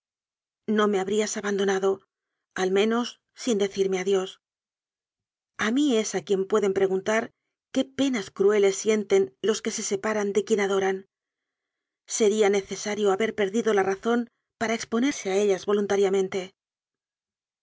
no me habrías abandonado al menos sin de cirme adiós a mí es a quien pueden preguntar qué penas crueles sienten los que se separan de quien adoran sería necesario haber perdido la razón para exponerse a ellas voluntariamente